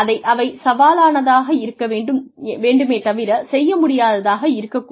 அவை சவாலானதாக இருக்க வேண்டுமே தவிரச் செய்ய முடியாததாக இருக்கக் கூடாது